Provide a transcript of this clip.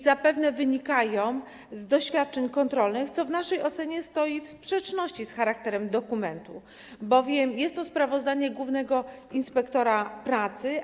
Zapewne wynikają z doświadczeń kontrolnych, co w naszej ocenie stoi w sprzeczności z charakterem dokumentu, bowiem jest to sprawozdanie głównego inspektora pracy.